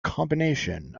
combination